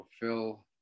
fulfill